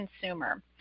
consumer